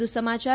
વધુ સમાચાર